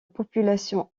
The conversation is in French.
population